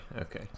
Okay